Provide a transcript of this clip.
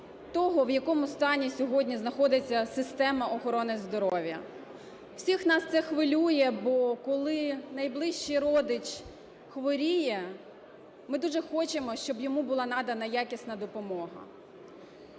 того, в якому стані сьогодні знаходиться система охорони здоров'я. Всіх нас це хвилює, бо коли найближчий родич хворіє, ми дуже хочемо, щоб йому була надана якісна допомога.